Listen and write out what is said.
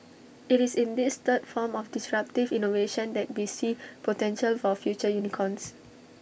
IT is in this third form of disruptive innovation that we see potential for future unicorns